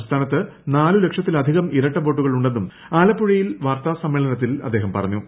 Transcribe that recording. സംസ്ഥാനത്ത് നാല് ലക്ഷത്തിലധികം ഇരട്ട വോട്ടുകൾ ഉണ്ടെന്നും ആലപ്പുഴയിൽ വാർത്താസമ്മേളനത്തിൽ അദ്ദേഹം പറഞ്ഞു